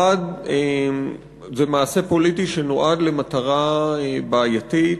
זה מעשה פוליטי שנועד למטרה בעייתית,